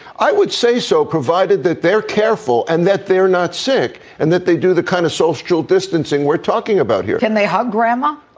i would say so, provided that they're careful and that they're not sick and that they do the kind of social distancing we're talking about here can they hug grandma?